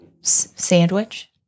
Sandwich